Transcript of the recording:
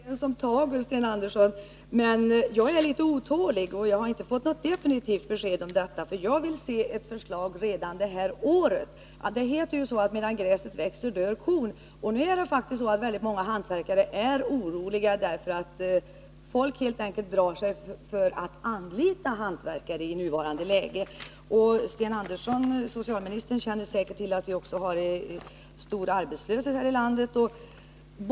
Herr talman! Det är gott och väl att vi är överens om tagen, Sten Andersson. Men jag är litet otålig, och jag har inte fått något definitivt besked. Jag vill se ett förslag redan detta år. Det heter att ”medan gräset växer dör kon”. Och många hantverkare är faktiskt oroliga nu, därför att folk helt enkelt drar sig för att anlita hantverkare i nuvarande läge. Socialminister Sten Andersson känner säkert också till att vi har stor arbetslöshet här i landet.